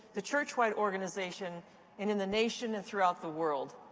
the churchwide organization, and in the nation and throughout the world.